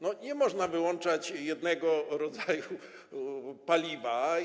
Nie można wyłączać jednego rodzaju paliwa.